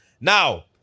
Now